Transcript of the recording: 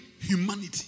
humanity